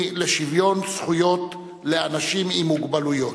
לשוויון זכויות לאנשים עם מוגבלויות.